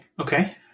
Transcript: Okay